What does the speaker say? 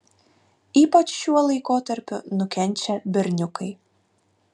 ypač šiuo laikotarpiu nukenčia berniukai